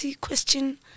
question